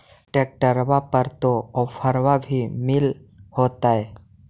ट्रैक्टरबा पर तो ओफ्फरबा भी मिल होतै?